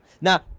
now